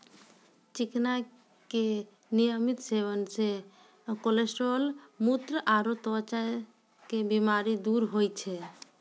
चिकना के नियमित सेवन से कोलेस्ट्रॉल, मुत्र आरो त्वचा के बीमारी दूर होय छै